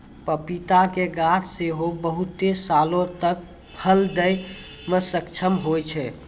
पपीता के गाछ सेहो बहुते सालो तक फल दै मे सक्षम होय छै